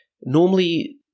normally